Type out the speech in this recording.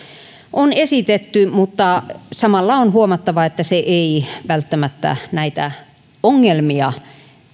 on esitetty mutta samalla on huomattava että se ei välttämättä näitä ongelmia